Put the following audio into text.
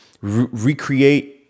recreate